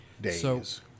Days